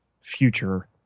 future